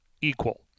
equal